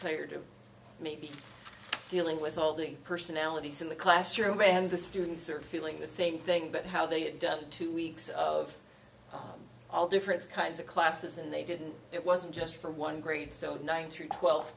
doing maybe dealing with all the personalities in the classroom and the students are feeling the same thing but how they had done two weeks of all different kinds of classes and they didn't it wasn't just for one grade so one through twelfth